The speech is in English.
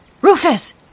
Rufus